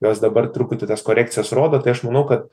jos dabar truputį tas korekcijas rodo tai aš manau kad